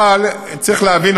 אבל צריך להבין,